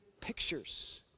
pictures